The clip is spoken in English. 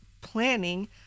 planning